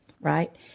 Right